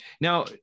now